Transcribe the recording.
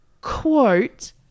quote